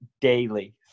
daily